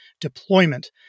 deployment